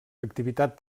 activitat